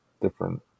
different